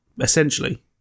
Essentially